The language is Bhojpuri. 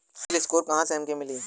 सिविल स्कोर कहाँसे हमके मिली?